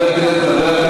המחבל נורה כבר.